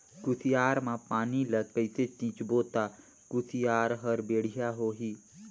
कुसियार मा पानी ला कइसे सिंचबो ता कुसियार हर बेडिया होही?